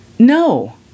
No